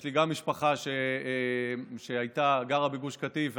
יש לי גם משפחה שגרה בגוש קטיף,